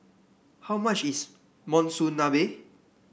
how much is Monsunabe